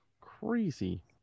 crazy